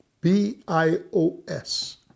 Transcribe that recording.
B-I-O-S